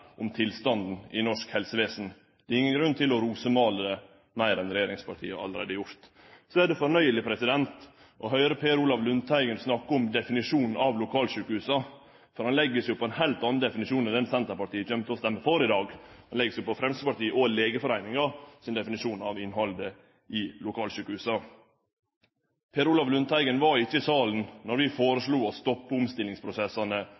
om tilstanden i norsk helsevesen. Det er ingen grunn til å rosemåle meir enn det regjeringspartia allereie har gjort. Så er det fornøyeleg å høyre Per Olaf Lundteigen snakke om definisjonen av lokalsjukehus. Han legg seg jo på ein heilt annan definisjon enn det Senterpartiet kjem til å stemme for i dag, for han legg seg på Framstegspartiet og Legeforeningen sin definisjon av innhaldet i lokalsjukehusa. Per Olaf Lundteigen var ikkje i salen